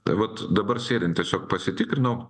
tai vat dabar sėdint tiesiog pasitikrinau